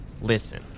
listen